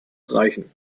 reichen